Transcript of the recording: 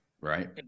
right